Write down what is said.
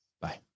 Bye